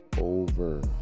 over